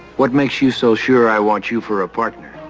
what makes you so sure i want you for a partner.